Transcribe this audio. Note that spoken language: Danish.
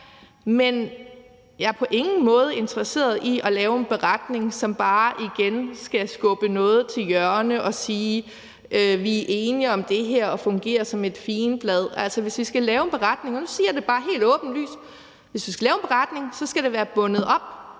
men jeg er på ingen måde interesseret i at lave en beretning, som bare igen skal sparke noget til hjørne og sige, at vi er enige om det her, og som skal fungere som et figenblad. Altså, hvis vi skal lave en beretning, og nu siger jeg det